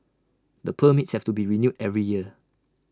the permits have to be renewed every year